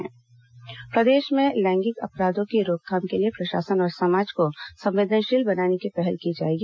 लैंगिक अपराध रोकथाम प्रदेश में लैंगिक अपराधों की रोकथाम के लिए प्रशासन और समाज को संवेदनशील बनाने की पहल की जाएगी